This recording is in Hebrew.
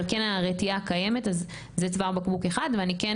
אבל כן הרתיעה קיימת אז זה צוואר בקבוק אחד ואני כן